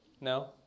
No